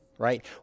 right